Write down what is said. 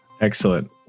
Excellent